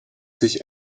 sich